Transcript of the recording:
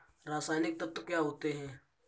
रसायनिक तत्व क्या होते हैं?